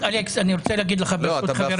לא בדבר אחד.